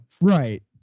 Right